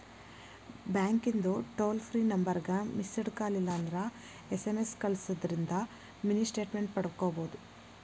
ಬ್ಯಾಂಕಿಂದ್ toll free ನಂಬರ್ಗ missed call ಇಲ್ಲಂದ್ರ ಎಸ್.ಎಂ.ಎಸ್ ಕಲ್ಸುದಿಂದ್ರ ಮಿನಿ ಸ್ಟೇಟ್ಮೆಂಟ್ ಪಡ್ಕೋಬೋದು